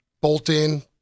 Bolt-in